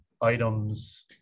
items